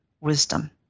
wisdom